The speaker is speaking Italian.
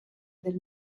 del